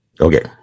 Okay